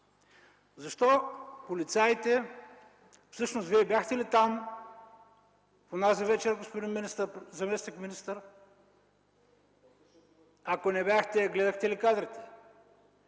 уточняваме. Всъщност Вие бяхте ли там, онази вечер, господин заместник-министър? Ако не бяхте, гледахте ли кадрите?